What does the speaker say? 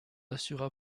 assura